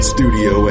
Studio